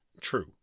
True